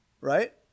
right